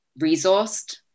resourced